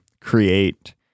create